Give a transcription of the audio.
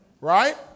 right